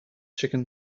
chicken